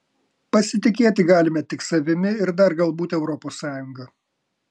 pasitikėti galime tik savimi ir dar galbūt europos sąjunga